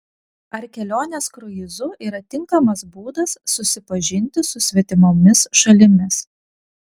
ar kelionės kruizu yra tinkamas būdas susipažinti su svetimomis šalimis